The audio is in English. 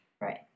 Right